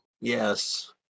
Yes